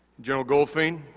general goldfein,